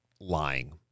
lying